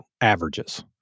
averages